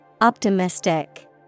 Optimistic